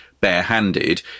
barehanded